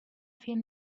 fear